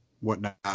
whatnot